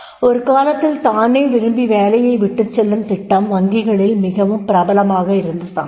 ஒரு காலத்தில் தானே விரும்பி வேலையை விட்டுச்செல்லும் திட்டம் வங்கிகளில் மிகவும் பிரபலமாக இருந்த சமயம்